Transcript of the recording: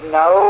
no